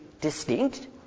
distinct